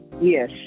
Yes